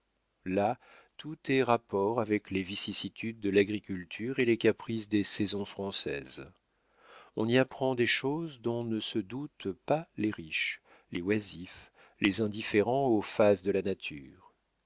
là tout est en rapport avec les vicissitudes de l'agriculture et les caprices des saisons françaises on y apprend des choses dont ne se doutent pas les riches les oisifs les indifférents aux phases de la nature